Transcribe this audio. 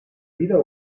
vida